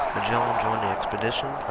magellan joined the expedition